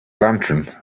lantern